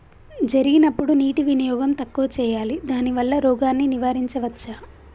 జరిగినప్పుడు నీటి వినియోగం తక్కువ చేయాలి దానివల్ల రోగాన్ని నివారించవచ్చా?